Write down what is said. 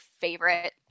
favorite